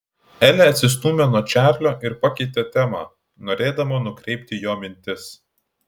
elė atsistūmė nuo čarlio ir pakeitė temą norėdama nukreipti jo mintis